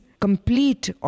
complete